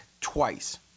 twice